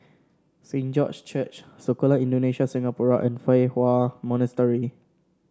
Saint George Church Sekolah Indonesia Singapura and Fa Hua Monastery